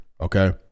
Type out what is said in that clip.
okay